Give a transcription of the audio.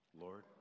Lord